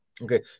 Okay